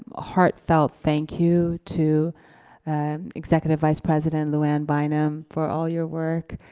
ah heartfelt thank you to executive vice president luann bynum for all your work.